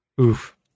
oof